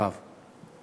ו'.